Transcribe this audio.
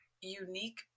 unique